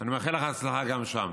אני מאחל לך הצלחה גם שם.